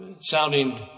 sounding